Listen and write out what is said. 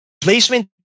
placement